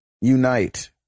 Unite